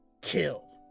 kill